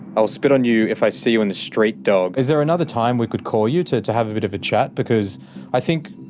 i will spit on you if i see you in the street, dog. is there another time that we could call you to to have a bit of a chat because i think.